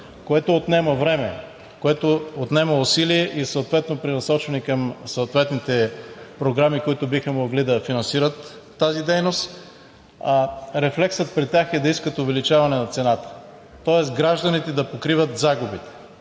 което отнема време, което отнема усилия и съответно пренасочени към съответните програми, които биха могли да финансират тази дейност, рефлексът при тях е да искат увеличаване на цената. Тоест гражданите да покриват загубите